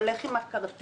הולך עם הכרטיס.